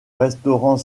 restaurant